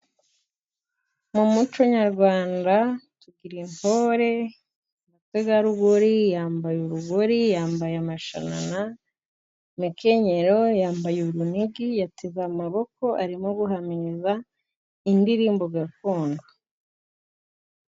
Mu muco nyarwanda tugira intore, umutegarugori yambaye urugori, yambaye umushanana, umekenyero, yambaye urunigi, yateze amaboko, arimo guhamiriza indirimbo gakondo.